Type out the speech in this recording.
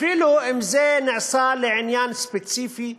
אפילו אם זה נעשה לעניין ספציפי,